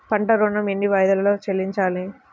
పంట ఋణం ఎన్ని వాయిదాలలో చెల్లించాలి?